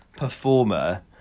performer